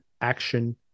action